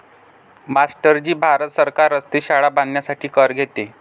master ji Bharat सरकार रस्ते, शाळा बांधण्यासाठी कर घेते